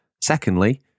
Secondly